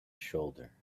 shoulder